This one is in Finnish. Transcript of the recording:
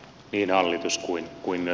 piirihallitus kuin kuin me